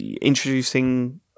introducing